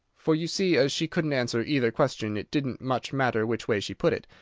for, you see, as she couldn't answer either question, it didn't much matter which way she put it.